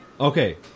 Okay